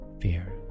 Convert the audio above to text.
fear